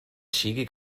sigui